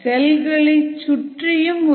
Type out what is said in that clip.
செல்களை சுற்றியும் ஒரு படிவம் இருக்கிறது